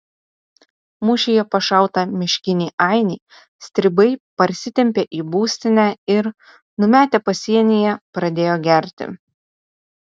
mūšyje pašautą miškinį ainį stribai parsitempė į būstinę ir numetę pasienyje pradėjo gerti